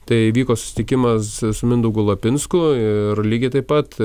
tai vyko susitikimas su mindaugu lapinsku ir lygiai taip pat